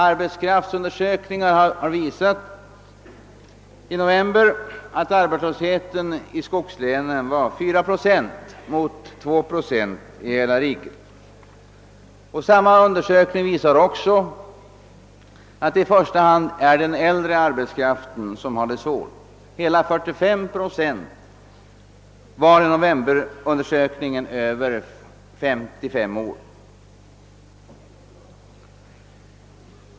Arbetskraftsundersökningar har visat att arbetslösheten i skogslänen i november uppgick till 4 procent mot 2 procent i hela riket. Samma undersökning visar också att det i första hand är den äldre arbetskraften som har det svårt. Hela 45 procent av de arbetslösa var i novemberundersökningen över 55 år.